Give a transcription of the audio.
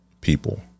People